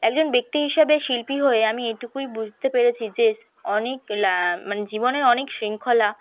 একজন ব্যক্তি হিসাবে শিল্পী হয়ে আমি এটুকুই বুঝতে পেরেছি যে অনেক মানে জীবনের অনেক শৃঙ্খলা